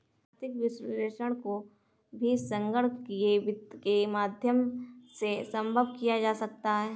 आर्थिक विश्लेषण को भी संगणकीय वित्त के माध्यम से सम्भव किया जा सकता है